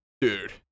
Dude